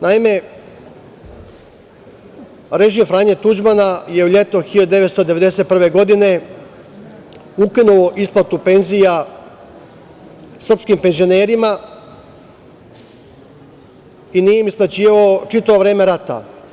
Naime, režim Franje Tuđmana je u leto 1991. godine ukinuo isplatu penzija srpskim penzionerima i nije im isplaćivao čitavo vreme rata.